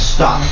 Stop